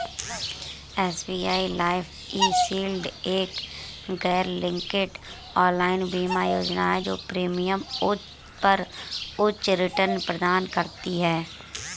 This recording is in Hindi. एस.बी.आई लाइफ ई.शील्ड एक गैरलिंक्ड ऑनलाइन बीमा योजना है जो प्रीमियम पर उच्च रिटर्न प्रदान करती है